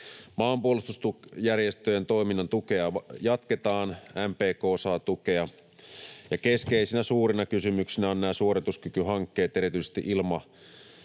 Maanpuolustusjärjestöjen toiminnan tukea jatketaan, MPK saa tukea. Keskeisenä suurena kysymyksenä ovat nämä suorituskykyhankkeet erityisesti